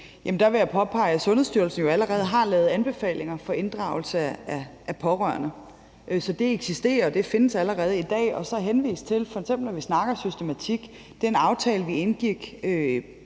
Der vil jeg påpege, at Sundhedsstyrelsen jo allerede har lavet anbefalinger for inddragelse af pårørende. Så det eksisterer. Det findes allerede i dag. Og så vil jeg henvise til – f.eks. når vi snakker systematik – at i den aftale, vi indgik